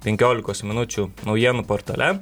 penkiolikos minučių naujienų portale